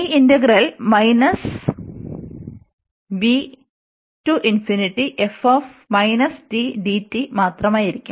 ഈ integral minus മാത്രമായിരിക്കും